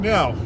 Now